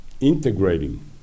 integrating